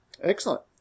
Excellent